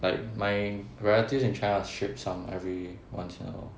like my relatives in China will ship some every once in a while